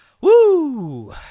Woo